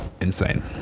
insane